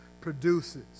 produces